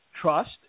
trust